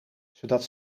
zodat